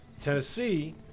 Tennessee